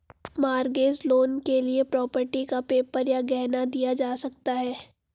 mortgage loan के लिए property का पेपर या गहना दिया जा सकता है